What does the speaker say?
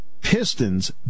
Pistons